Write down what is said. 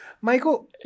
Michael